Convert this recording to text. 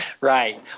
right